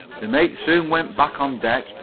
the mate soon went back on deck,